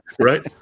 right